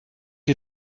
ihr